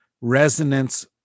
resonance